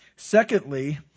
Secondly